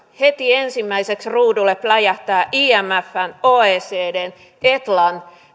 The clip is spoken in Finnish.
heti ensimmäiseksi ruudulle pläjähtää imfn oecdn etlan